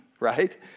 Right